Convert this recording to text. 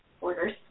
orders